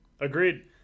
Agreed